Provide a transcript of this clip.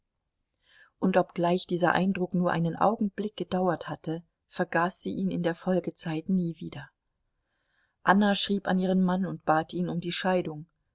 und obgleich dieser eindruck nur einen augenblick gedauert hatte vergaß sie ihn in der folgezeit nie wieder anna schrieb an ihren mann und bat ihn um die scheidung